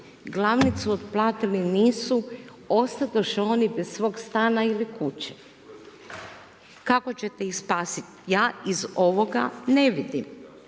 glavnicu otplatili nisu, ostadoše oni bez svog stana ili kuće. Kako ćete ih spasiti? Ja iz ovoga ne vidim?